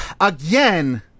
Again